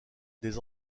des